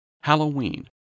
Halloween